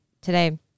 today